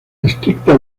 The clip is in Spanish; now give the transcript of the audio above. estricta